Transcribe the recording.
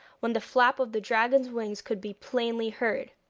when the flap of the dragon's wings could be plainly heard.